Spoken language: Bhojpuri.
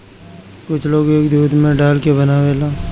कुछ लोग एके दूध में डाल के बनावेला